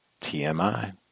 TMI